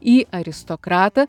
į aristokratą